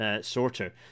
sorter